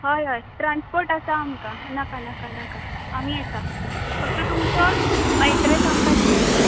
हय हय ट्रान्सपोर्ट आसा आमकां नाका नाका नाका आमी येता फक्त तुमचो एड्रेस आमकां दियात